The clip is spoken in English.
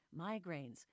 migraines